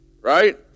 right